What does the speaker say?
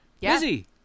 busy